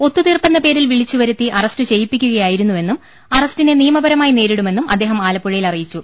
ഒത്തു തീർപ്പെന്ന പേരിൽ വിളിച്ചു വരുത്തി അറസ്റ്റു ചെയ്യിപ്പിക്കുകയായിരുന്നുവെന്നും അറ സ്റ്റിനെ നിയമപരമായി നേരിടുമെന്നും അദ്ദേഹം ആലപ്പുഴയിൽ അറിയിച്ചു